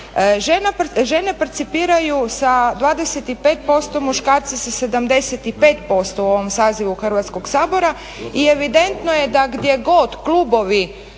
Žene parcipiraju sa 25%, muškarci sa 75% u ovom sazivu Hrvatskog sabora i evidentno je da gdje god klubovi